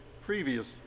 previous